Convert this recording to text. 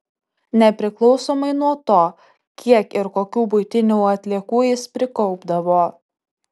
nepriklausomai nuo to kiek ir kokių buitinių atliekų jis prikaupdavo